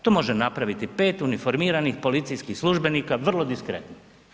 To može napraviti 5 uniformiranih policijskih službenika vrlo diskretno.